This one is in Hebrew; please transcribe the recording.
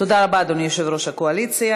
תודה רבה, אדוני יושב-ראש הקואליציה.